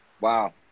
Wow